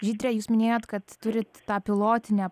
žydre jūs minėjot kad turit tą pilotinę